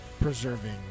preserving